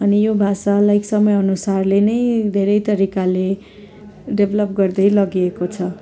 अनि यो भाषालाई समय अनुसारले नै धेरै तरिकाले डेभलप गर्दै लगिएको छ